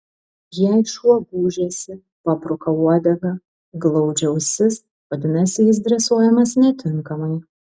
jei šuo gūžiasi pabruka uodegą glaudžia ausis vadinasi jis dresuojamas netinkamai